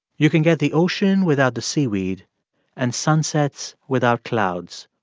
you can get the ocean without the seaweed and sunsets without clouds.